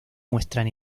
muestran